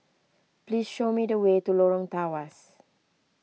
please show me the way to Lorong Tawas